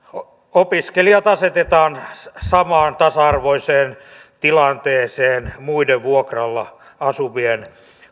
opiskelijat asetetaan samaan tasa arvoiseen tilanteeseen muiden vuokralla asuvien